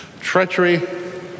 Treachery